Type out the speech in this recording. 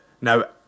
now